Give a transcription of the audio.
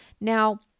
Now